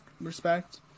respect